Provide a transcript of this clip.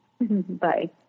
Bye